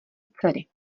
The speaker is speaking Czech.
dcery